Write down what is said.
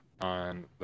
on